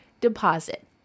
deposit